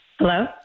Hello